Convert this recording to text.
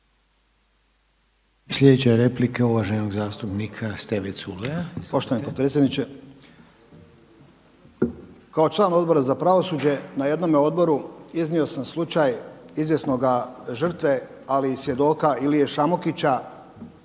Steve Culeja. Izvolite. **Culej, Stevo (HDZ)** Poštovani potpredsjedniče, kao član Odbora za pravosuđe na jednome odboru iznio sam slučaj izvjesnoga žrtve ali i svjedoka Ilije Šamukića.